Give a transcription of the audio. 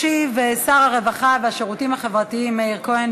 ישיב שר הרווחה והשירותים החברתיים מאיר כהן,